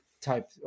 Type